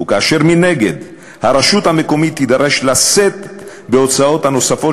וכאשר מנגד הרשות המקומית תידרש לשאת בהוצאות הנוספות